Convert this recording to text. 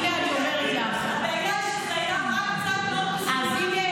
הבעיה היא שזה היה רק בצד מאוד מסוים.